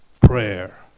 prayer